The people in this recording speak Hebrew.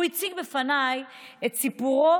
הוא הציג בפניי את סיפורו